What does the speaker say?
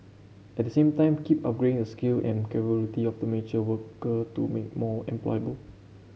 at the same time keep upgrading the skill and capability of the mature worker to make more employable